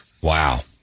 Wow